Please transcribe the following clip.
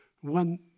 One